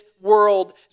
World